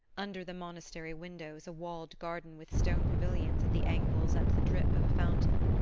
under the monastery windows a walled garden with stone pavilions at the angles and the drip of a fountain.